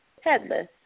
headless